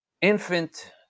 infant